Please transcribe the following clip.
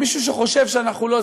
מישהו שחושב שאנחנו לא,